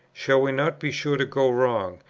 shall we not be sure to go wrong,